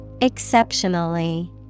Exceptionally